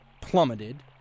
plummeted